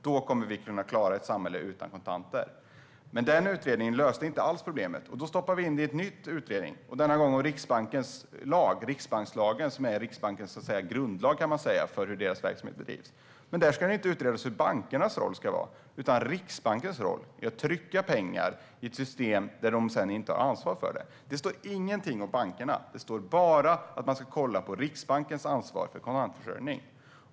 Då kommer vi att kunna ha ett samhälle utan kontanter. Utredningen löste inte alls problemet. Då stoppas det in i en ny utredning, denna gång om riksbankslagen. Den kan sägas vara en grundlag för hur Riksbankens verksamhet ska bedrivas. Men där ska inte bankernas roll utredas utan Riksbankens roll. Det är att trycka pengar, i ett system där Riksbanken sedan inte har ansvar för kontanterna. Det står ingenting om bankerna. Det står bara att utredningen ska kolla på Riksbankens ansvar för kontantförsörjning.